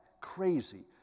crazy